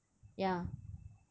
ya